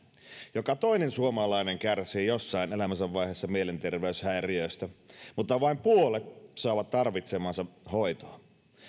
joka toinen suomalainen kärsii jossain elämänsä vaiheessa mielenterveyshäiriöistä mutta vain puolet saavat tarvitsemaansa hoitoa